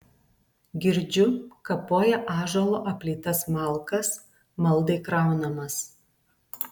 girdžiu kapoja ąžuolo aplytas malkas maldai kraunamas